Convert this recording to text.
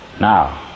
now